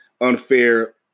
unfair